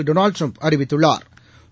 Donald Trump அறிவித்துள்ளாா்